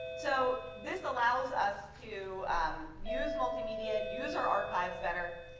so this allows us to use multimedia, and use our archives better,